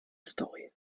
story